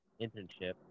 internship